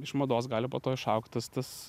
iš mados gali po to išaugt tas tas